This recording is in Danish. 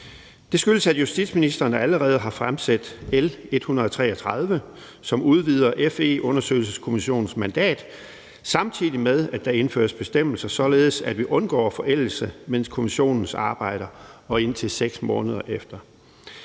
Det skyldes, at justitsministeren allerede har fremsat L 133, som udvider FE-undersøgelseskommissionens mandat, samtidig med at der indføres bestemmelser, således at vi undgår forældelse, mens kommissionen arbejder og indtil 6 måneder efter.